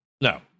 no